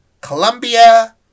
Colombia